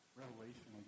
revelation